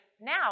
Now